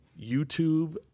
YouTube